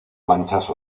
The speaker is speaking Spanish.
manchas